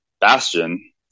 bastion